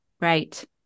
Right